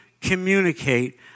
communicate